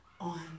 on